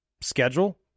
schedule